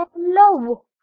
Hello